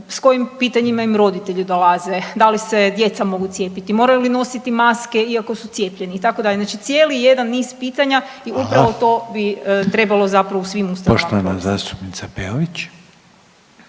s kojim pitanjima im roditelji dolaze, da li se djeca mogu cijepiti, moraju li nositi maske iako su cijepljeni, itd., znači cijeli jedna niz pitanja i upravo to bi .../Upadica: Hvala./...